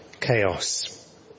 chaos